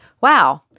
Wow